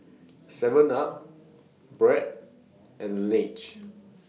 Seven up Braun and Laneige